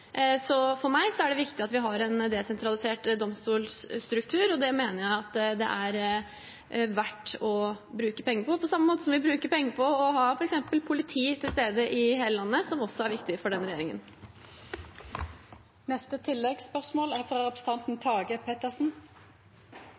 For meg er det viktig at vi har en desentralisert domstolstruktur, og det mener jeg at det er verdt å bruke penger på, på samme måte som vi bruker penger på å ha f.eks. politi til stede i hele landet, som også er viktig for denne regjeringen.